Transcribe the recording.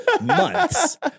months